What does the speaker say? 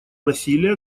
насилия